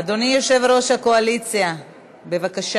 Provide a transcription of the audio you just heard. אדוני יושב-ראש הקואליציה, בבקשה.